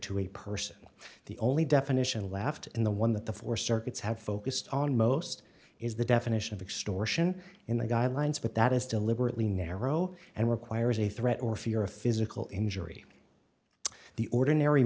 person the only definition left in the one that the four circuits have focused on most is the definition of extortion in the guidelines but that is deliberately narrow and requires a threat or fear of physical injury the ordinary